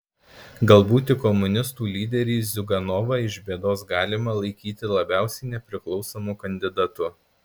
galbūt tik komunistų lyderį ziuganovą iš bėdos galima laikyti labiausiai nepriklausomu kandidatu